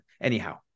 anyhow